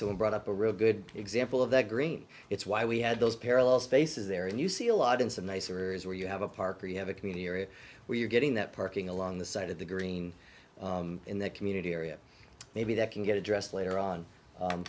and brought up a really good example of that green it's why we had those parallel spaces there and you see a lot in some nicer is where you have a park or you have a community area where you're getting that parking along the side of the green in that community area maybe that can get addressed later on